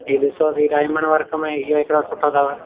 हऔ ॾिसो हीउ diamond work में इहो हिकिड़ो सुठो अथव